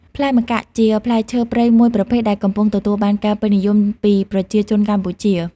ផ្លែម្កាក់ ជាផ្លែឈើព្រៃមួយប្រភេទដែលកំពុងទទួលបានការពេញនិយមពីប្រជាជនកម្ពុជា។